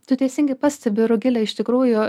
tu teisingai pastebi rugile iš tikrųjų